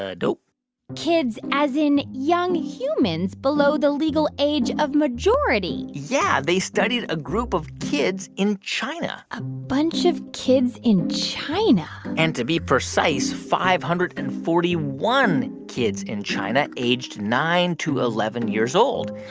ah kids as in young humans below the legal age of majority yeah. they studied a group of kids in china a bunch of kids in china and to be precise, five hundred and forty one kids in china aged nine to eleven years old.